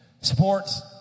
Sports